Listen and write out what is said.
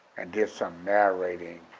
and did some narrating